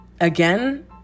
again